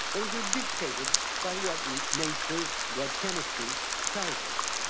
those are dictated by what nature, what chemistry tells us.